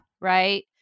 right